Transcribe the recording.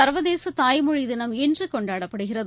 சர்வதேச தாய்மொழி தினம் இன்று கொண்டாடப்படுகிறது